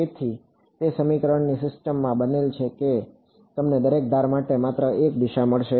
તેથી તે સમીકરણોની સિસ્ટમમાં બનેલ છે કે તમને દરેક ધાર માટે માત્ર એક જ દિશા મળશે